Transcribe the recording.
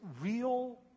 real